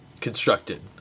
constructed